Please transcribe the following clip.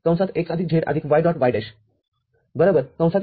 x z y